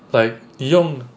like 你用